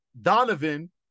Donovan